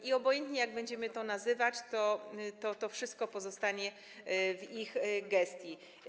I obojętnie jak będziemy to nazywać, to wszystko pozostanie w ich gestii.